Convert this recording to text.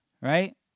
Right